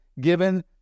given